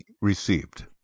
received